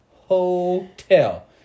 hotel